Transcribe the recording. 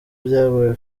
ibyabaye